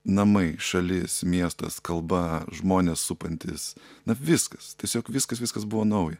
namai šalis miestas kalba žmonės supantys na viskas tiesiog viskas viskas buvo nauja